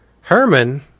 Herman